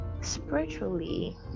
spiritually